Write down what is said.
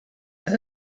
and